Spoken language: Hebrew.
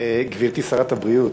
גברתי שרת הבריאות,